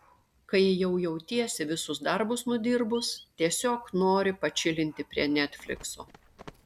kai jau jautiesi visus darbus nudirbus tiesiog nori pačilinti prie netflikso